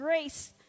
grace